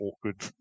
awkward